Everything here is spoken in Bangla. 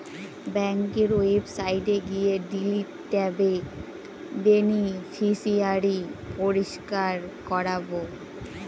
ব্যাঙ্কের ওয়েবসাইটে গিয়ে ডিলিট ট্যাবে বেনিফিশিয়ারি পরিষ্কার করাবো